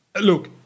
look